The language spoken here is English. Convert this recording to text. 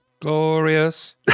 Glorious